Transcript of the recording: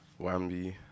Wambi